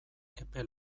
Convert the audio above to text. epe